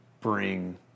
bring